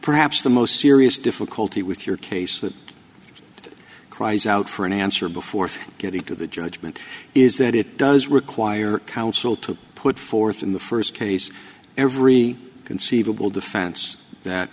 perhaps the most serious difficulty with your case that cries out for an answer before getting to the judgment is that it does require counsel to put forth in the st case every conceivable defense that